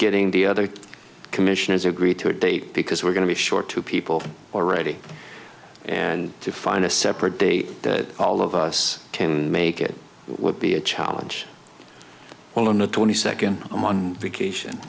getting the other commissioners agreed to a date because we're going to be short two people already and to find a separate day that all of us can make it would be a challenge well on the twenty second i'm on vacation